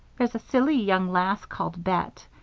there's a silly young lass called bet,